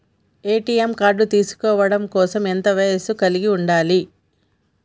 ATM card తీసుకోవడం కోసం ఎంత వయస్సు కలిగి ఉండాలి?